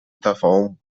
تفاهم